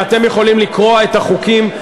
ואתם יכולים לקרוע את החוקים,